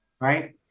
right